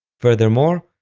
furthermore,